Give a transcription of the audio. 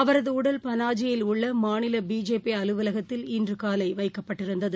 அவரதஊடல் பனாஜியில் உள்ளமாநிலபிஜேபிஅலுவலகத்தில் இன்றுகாலைவைக்கப்பட்டிருந்தது